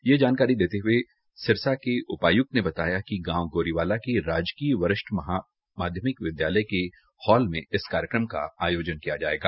ये जानकारी देते हुये सिरसा के उपायुक्त ने बताया कि गांव गोरीवाला के राजकीय वरिष्ठ माध्यमिक विद्यालय के हाल में इस कार्यक्रम का आयोजन किया जायेगा